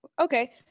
okay